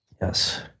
Yes